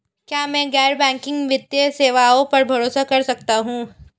क्या मैं गैर बैंकिंग वित्तीय सेवाओं पर भरोसा कर सकता हूं?